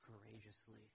courageously